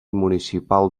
municipal